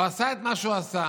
הוא עשה את מה שהוא עשה,